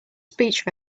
speech